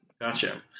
Gotcha